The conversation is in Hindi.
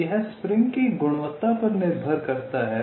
तो यह स्प्रिंग की गुणवत्ता पर निर्भर करता है